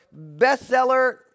bestseller